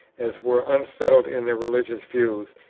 as were unsettled in their religious views,